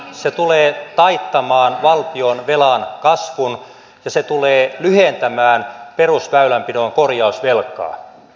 se tulee taittamaan valtionvelan kasvun ja se tulee lyhentämään perusväylänpidon korjausvelkaa